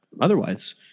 Otherwise